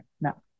no